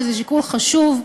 שזה שיקול חשוב,